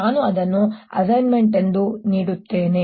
ನಾನು ಅದನ್ನು ಅಸೈನ್ಮೆಂಟ್ ನೀಡುತ್ತೇನೆ